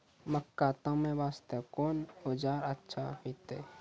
मक्का तामे वास्ते कोंन औजार अच्छा होइतै?